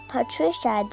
Patricia